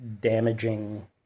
damaging